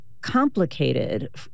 complicated